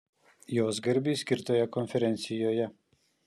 jos garbei skirtoje konferencijoje